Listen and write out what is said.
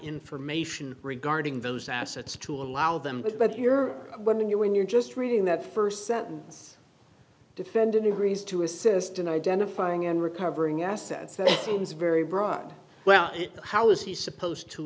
information regarding those assets to allow them but but you're when you're when you're just reading that first sentence defendant agrees to assist in identifying and recovering assets seems very broad well how is he supposed to